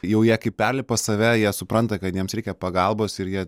jau jie kai perlipa save jie supranta kad jiems reikia pagalbos ir jie